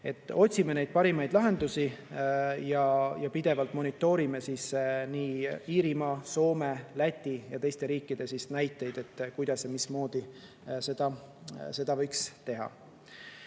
Otsime parimaid lahendusi ja pidevalt monitoorime Iirimaa, Soome, Läti ja teiste riikide näiteid, kuidas ja mismoodi seda võiks teha.